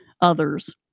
others